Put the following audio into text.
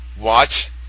watch